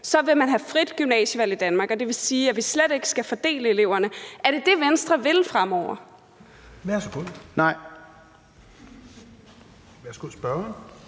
vil man have frit gymnasievalg i Danmark. Det vil sige, at vi slet ikke skal fordele eleverne. Er det det, Venstre vil fremover? Kl. 16:42 Fjerde næstformand